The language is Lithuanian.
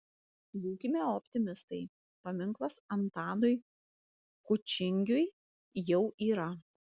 būkime optimistai paminklas antanui kučingiui jau yra